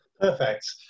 Perfect